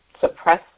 suppress